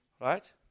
Right